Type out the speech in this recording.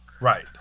Right